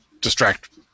distract